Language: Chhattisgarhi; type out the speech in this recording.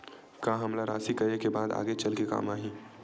का हमला राशि करे के बाद आगे चल के काम आही?